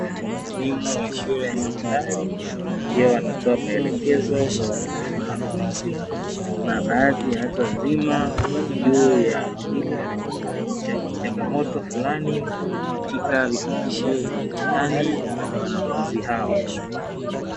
Elimu ya shule ya sekondari ikiwa inatoa maelekezo kwa wanafunzi na baadhi ya watu wazima juu ya changamoto fulani katika vifungashio vya mitihani ya wanafunzi hao.